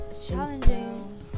challenging